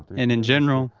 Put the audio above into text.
and, in general,